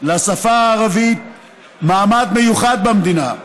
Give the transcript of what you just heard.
"לשפה הערבית מעמד מיוחד במדינה,